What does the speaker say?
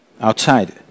outside